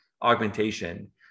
augmentation